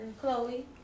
Chloe